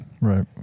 Right